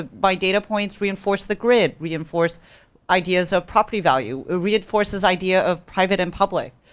ah my data points reinforce the grid, reinforce ideas of property value, it reinforces idea of private and public.